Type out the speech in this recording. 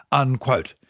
unquote.